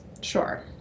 Sure